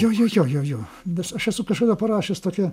jo jo jo jo jo nes aš esu kažkada parašęs tokią